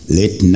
let